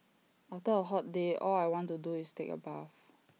after A hot day all I want to do is take A bath